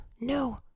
No